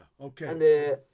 Okay